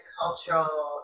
cultural